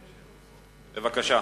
בבקשה.